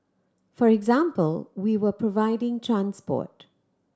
for example we were providing transport